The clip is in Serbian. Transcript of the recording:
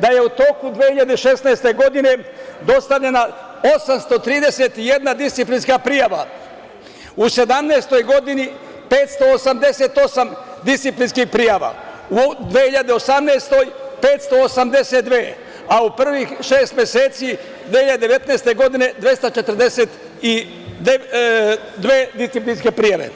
da je u toku 2016. godine dostavljena 831 disciplinska prijava, u 2017. godini 588 disciplinskih prijava, u 2018. godini 582, a u prvih šest meseci 2019. godine 242 disciplinske prijave"